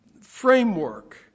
framework